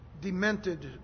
demented